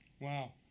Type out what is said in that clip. Wow